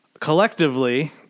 Collectively